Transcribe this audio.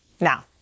Now